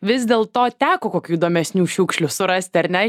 vis dėl to teko kokių įdomesnių šiukšlių surasti ar ne